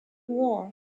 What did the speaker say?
war